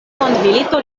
mondmilito